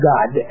God